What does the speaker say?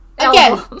Again